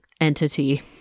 entity